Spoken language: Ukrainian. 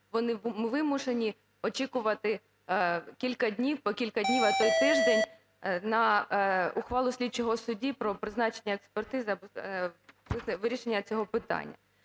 Вони вимушені очікувати кілька днів, по кілька днів, а то і тиждень на ухвалу слідчого судді про призначення експертизи або вирішення цього питання.